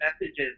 messages